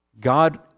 God